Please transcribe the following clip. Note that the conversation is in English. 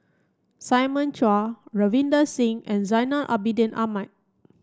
Simon Chua Ravinder Singh and Zainal Abidin Ahmad